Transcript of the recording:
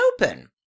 open